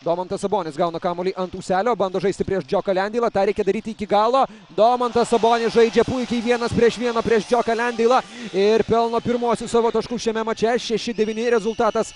domantas sabonis gauna kamuolį ant ūselio bando žaisti prieš džioką lendeilą tą reikia daryti iki galo domantas sabonis žaidžia puikiai vienas prieš vieną prieš džioką lendeilą ir pelno pirmuosius savo taškus šiame mače šeši devyni rezultatas